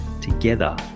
Together